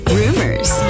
rumors